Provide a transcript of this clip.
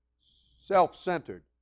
self-centered